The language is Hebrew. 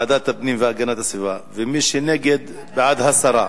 ועדת הפנים והגנת הסביבה, ומי שנגד, בעד הסרה.